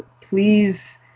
please